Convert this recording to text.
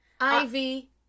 Ivy